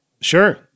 Sure